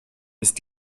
ist